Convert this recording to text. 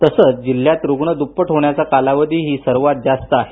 तसंच जिल्ह्यात रुग्ण दुप्पट होण्याचा कालावधीही सर्वात जास्त आहे